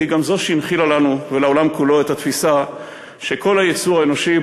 היא גם שהנחילה לנו ולעולם כולו את התפיסה שכל היצור האנושי,